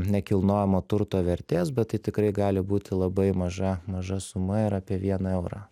nekilnojamo turto vertės bet tai tikrai gali būti labai maža maža suma ir apie vieną eurą